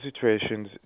situations